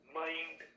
mind